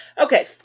okay